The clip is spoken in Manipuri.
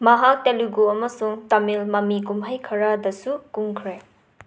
ꯃꯍꯥꯛ ꯇꯦꯂꯨꯒꯨ ꯑꯃꯁꯨꯡ ꯇꯥꯃꯤꯜ ꯃꯃꯤ ꯀꯨꯝꯍꯩ ꯈꯔꯥꯗꯁꯨ ꯀꯨꯝꯈ꯭ꯔꯦ